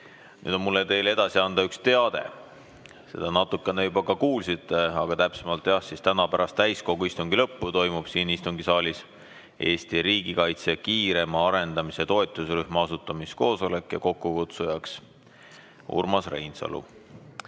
Nüüd on mul teile edasi anda üks teade. Seda te natukene juba ka kuulsite, aga täpsemalt jah, täna pärast täiskogu istungi lõppu toimub siin istungisaalis Eesti riigikaitse kiirema arendamise toetusrühma asutamise koosolek ja selle kokkukutsuja on Urmas Reinsalu.